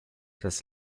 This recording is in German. das